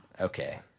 Okay